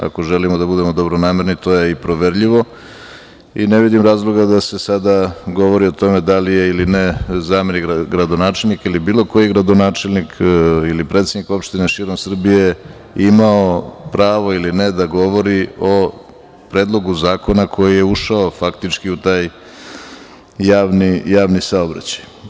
Ako želimo da budemo dobronamerni, to je i proverljivo i ne vidim razloga da se sada govori o tome da li je ili ne zamenik gradonačelnika ili bilo koji gradonačelnik ili predsednik opštine širom Srbije imao pravo ili ne da govori o predlogu zakona koji je ušao, faktički, u taj javni saobraćaj.